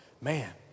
man